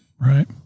Right